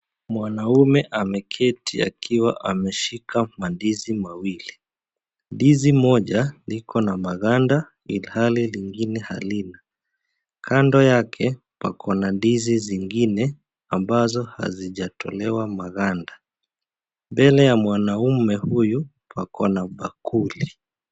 Mwanamme ameketi akiwa ameshika mandizi mawili. Ndizi moja liko na magwanda, ilhali lingine halina. Kando yake kuna ndizi zingine ambazo hazijatolewa maganda. Mbele ya mwanaume huyu, Pako na bakuli.